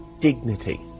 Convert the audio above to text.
dignity